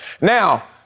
Now